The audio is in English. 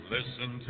Listen